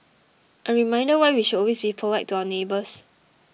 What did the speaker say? a reminder why we should always be polite to our neighbours